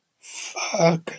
Fuck